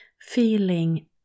feeling